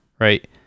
right